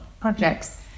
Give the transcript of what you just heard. projects